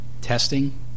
testing